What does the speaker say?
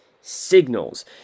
Signals